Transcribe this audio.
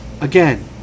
again